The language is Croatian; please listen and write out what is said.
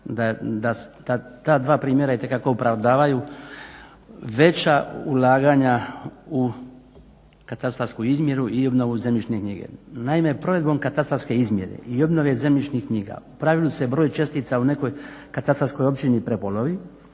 da ta dva primjera itekako opravdavaju veća ulaganja u katastarsku izmjeru i obnovu zemljišne knjige. Naime, provedbom katastarske izmjere i obnove zemljišnih knjiga u pravilu se broj čestica u nekoj katastarskoj općini prepolovi